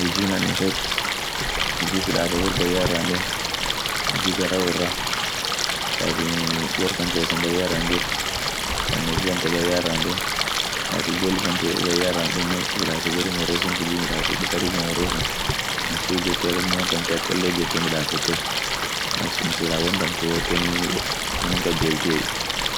Hujji anin fed, hujji silaate worr bayya irra hinden, hujji gara worra, ka atinii wor kankesen bayya irra jirr, kaan niiti tante baya irra hinden, kaat ijolletante baya irra hindenne silaate barum worra sunt ujji midasite karibum worra sun, won sun ijjete aminen won tante ak cholle ijjete midafete won sun sila won tante yootenii unum kajeltiey,